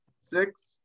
six